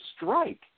strike